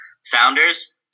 Sounders